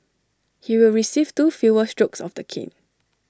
he will receive two fewer strokes of the cane